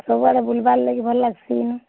ସୁବୁଆଡ଼େ ବୁଲ୍ବାର୍ ଲାଗି ଭଲ୍ ଲାଗ୍ସି ଇନୁ